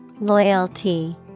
Loyalty